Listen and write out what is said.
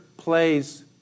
plays